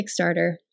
Kickstarter